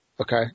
Okay